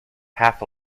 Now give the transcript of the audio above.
half